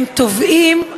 הם תובעים,